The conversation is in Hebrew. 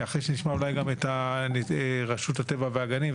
אולי אחרי שנשמע גם את רשות הטבע והגנים,